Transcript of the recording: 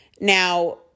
Now